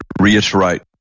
reiterate